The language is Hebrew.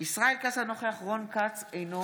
אינו נוכח ישראל כץ, אינו נוכח רון כץ, אינו